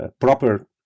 proper